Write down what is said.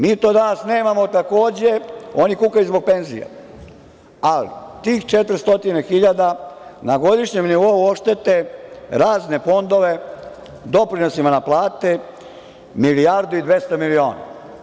Mi to danas nemamo takođe, a oni kukaju zbog penzija, ali tih 400 hiljada na godišnjem nivou oštete razne fondove doprinosima na plate milijardu i 200 miliona.